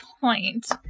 point